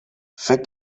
فکر